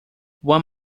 one